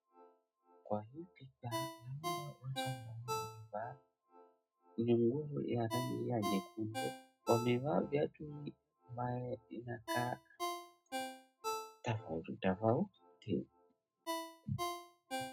Kwa hii picha naona watu ambao wamevaa nguo ya rangi nyekundu, wamevaa viatu ambaye inakaa tofautitofauti.